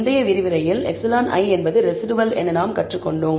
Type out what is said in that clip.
முந்தைய விரிவுரையில் εi என்பது ரெஸிடுவல் என நாம் கற்றுக்கொண்டோம்